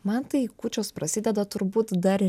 man tai kūčios prasideda turbūt dar